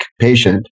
patient